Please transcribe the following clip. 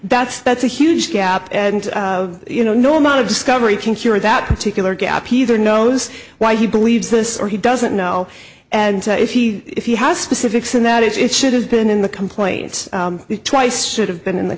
that's that's a huge gap and you know norm out of discovery can cure that particular gap either knows why he believes this or he doesn't know and if he if he has specifics and that if should has been in the complaint twice should have been in the